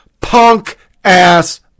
punk-ass